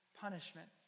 punishment